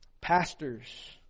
Pastors